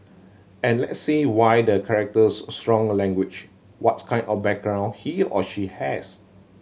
and let's see why the characters strong language what's kind of background he or she has